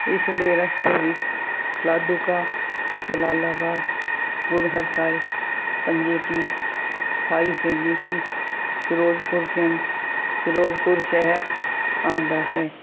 ਇਸ ਦੇ ਰਸਤੇ ਵਿੱਚ ਲਾਧੂ ਕਾ ਜਲਾਲਾਬਾਦ ਗੁਰੂ ਹਰਸਹਾਏ ਪੰਜੇ ਕੀ ਖਾਈ ਫੈਮੀ ਕੀ ਫਿਰੋਜ਼ਪੁਰ ਕੈਂਟ ਫਿਰੋਜ਼ਪੁਰ ਸ਼ਹਿਰ ਆਉਂਦਾ ਹੈ